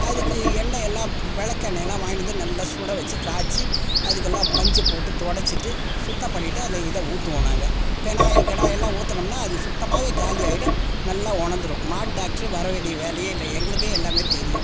அதுக்கு எண்ணெயெல்லாம் விளக்கெண்ணெயெல்லாம் வாங்கிட்டு வந்து நல்லா சுட வெச்சு காய்ச்சி அதுக்கெல்லாம் பஞ்சை போட்டு துடச்சிட்டு சுத்தம் பண்ணிவிட்டு அந்த இதை ஊற்றுவோம் நாங்கள் பெனாயில் கெனாயில்லாம் ஊற்றுனம்னா அது சுத்தமாகவே காலியாயிடும் நல்லா உனந்துரும் மாட்டு டாக்ட்ரு வர வேண்டிய வேலையே இல்லை எங்களுக்கே எல்லாம் தெரியும்